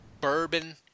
bourbon